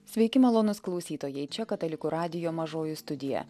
sveiki malonūs klausytojai čia katalikų radijo mažoji studija